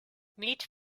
neat